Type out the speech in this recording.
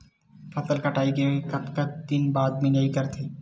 फसल कटाई के कतका दिन बाद मिजाई करथे?